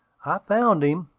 i found him,